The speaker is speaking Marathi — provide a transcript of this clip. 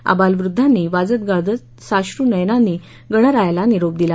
आबालवृद्धांनी वाजतगाजत साश्रुनयनांनी गणरायाला निरोप दिला